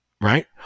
right